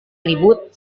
ribut